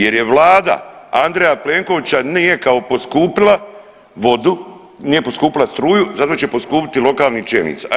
Jer je Vlada Andreja Plenkovića nije kao poskupila vodu, nije poskupila struju, zato će poskupiti lokalnim čelnicima.